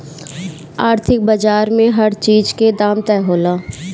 आर्थिक बाजार में हर चीज के दाम तय होला